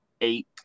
Eight